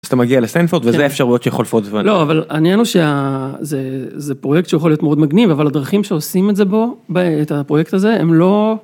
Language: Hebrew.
אתה מגיע לסטנפורד וזה אפשר להיות שחולפות לא אבל העניין הוא שזה זה פרויקט שיכול להיות מאוד מגניב אבל הדרכים שעושים את זה בו את הפרויקט הזה הם לא.